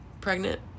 pregnant